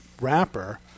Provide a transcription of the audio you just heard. wrapper